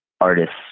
artists